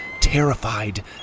terrified